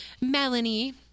melanie